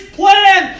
plan